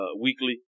weekly